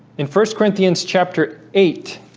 in first corinthians chapter eight